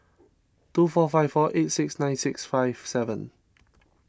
two four five four eight six nine six five seven